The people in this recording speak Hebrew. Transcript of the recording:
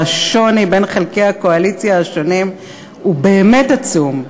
והשוני בין חלקי הקואליציה הוא באמת עצום,